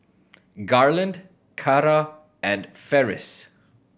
Garland Carra and Ferris